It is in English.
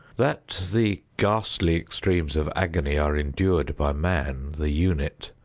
that the ghastly extremes of agony are endured by man the unit,